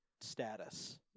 status